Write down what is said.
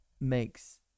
makes